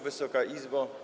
Wysoka Izbo!